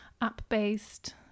app-based